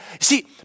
See